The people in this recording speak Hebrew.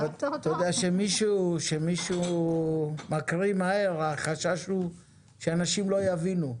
כאשר מישהו קורא מהר, החשש הוא שאנשים לא יבינו.